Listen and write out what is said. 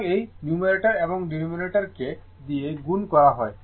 সুতরাং এই নিউমারেটর এবং ডেনোমিনেটর কে 2 দিয়ে গুণ করা হয়